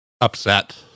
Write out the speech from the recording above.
upset